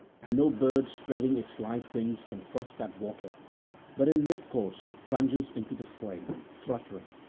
and no bird spreading its light wings can cross that water but in mid-course it plunges into the flame, fluttering.